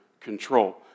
Control